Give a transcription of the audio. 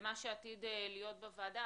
למה שעתיד להיות בוועדה.